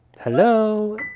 Hello